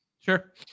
sure